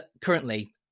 currently